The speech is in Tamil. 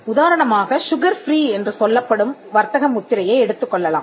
உதாரணமாக சுகர் ஃப்ரீ என்று சொல்லப்படும் வர்த்தக முத்திரையை எடுத்துக்கொள்ளலாம்